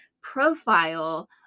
profile